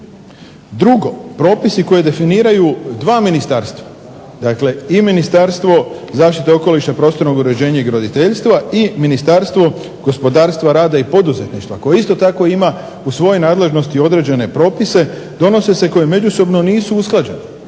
Drugo, propisi koje definiraju dva ministarstva, dakle i Ministarstvo zaštite okoliša, prostornog uređenja i graditeljstva i Ministarstvo gospodarstva, rada i poduzetništva koji isto tako ima u svojoj nadležnosti određene propise donose se koji međusobno nisu usklađeni.